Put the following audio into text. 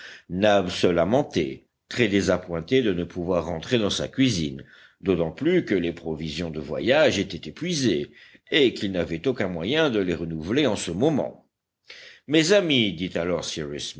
nab se lamentait très désappointé de ne pouvoir rentrer dans sa cuisine d'autant plus que les provisions de voyage étaient épuisées et qu'il n'avait aucun moyen de les renouveler en ce moment mes amis dit alors